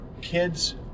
kids